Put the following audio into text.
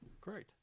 Great